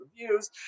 reviews